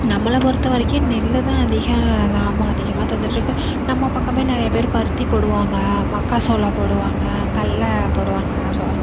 நம்மள பொறுத்தவரைக்கும் நெல்தான் அதிக லாபம் அதிகமாக தந்துட்டிருக்கு நம்ம பக்கமே நிறைய பேர் பருத்தி போடுவாங்க மக்காச்சோளம் போடுவாங்க கடல்ல போடுவாங்க ஸோ